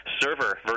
server